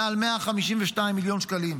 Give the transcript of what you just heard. זה מעל 152 מיליון שקלים.